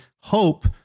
hope